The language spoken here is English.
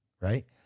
right